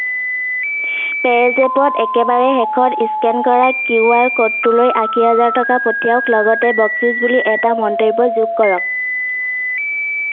পে'জেপত একেবাৰে শেষত স্কেন কৰা কিউ আৰ ক'ডটোলৈ আশী হাজাৰ টকা পঠিয়াওক লগতে বকচিচ বুলি এটা মন্তব্য যোগ কৰক